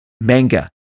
Manga